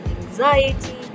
anxiety